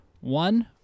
One